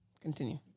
continue